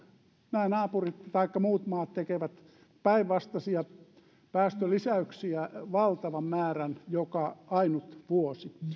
nämä muut maat tekevät päinvastoin päästölisäyksiä valtavan määrän joka ainut vuosi